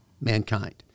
mankind